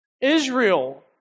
Israel